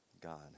God